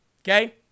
Okay